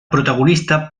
protagonista